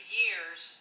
years